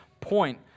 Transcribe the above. point